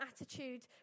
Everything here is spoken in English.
attitude